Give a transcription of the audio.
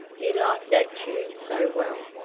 you like that tune so well,